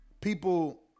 people